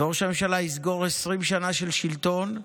ראש הממשלה יסגור 20 שנה של שלטון,